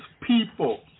people